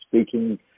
speaking